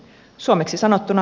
suomeksi sanottuna